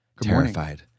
Terrified